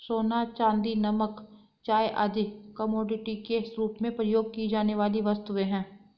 सोना, चांदी, नमक, चाय आदि कमोडिटी के रूप में प्रयोग की जाने वाली वस्तुएँ हैं